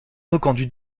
reconduit